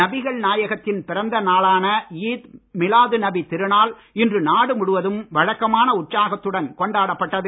நபிகள் நாயகத்தின் பிறந்தநாளான ஈத் மிலாது நபி திருநாள் இன்று நாடு முழுவதும் வழக்கமான உற்சாகத்துடன் கொண்டாடப்பட்டது